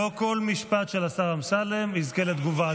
לא כל משפט של השר אמסלם יזכה לתגובה,